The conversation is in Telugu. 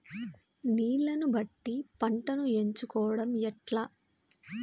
నీళ్లని బట్టి పంటను ఎంచుకోవడం ఎట్లా?